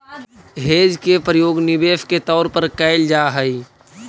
hedge के प्रयोग निवेश के तौर पर कैल जा हई